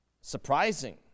surprising